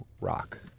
rock